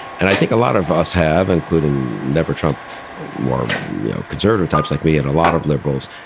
and i think a lot of us have including never trump more conservative types like me and a lot of liberals.